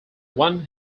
one